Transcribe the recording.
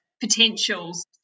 potentials